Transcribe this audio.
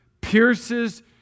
pierces